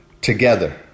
together